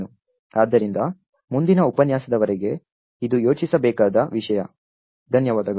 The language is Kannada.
ಆದ್ದರಿಂದ ಮುಂದಿನ ಉಪನ್ಯಾಸದವರೆಗೆ ಇದು ಯೋಚಿಸಬೇಕಾದ ವಿಷಯ ಧನ್ಯವಾದಗಳು